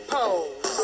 pose